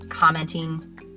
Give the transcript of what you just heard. commenting